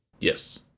yes